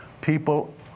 people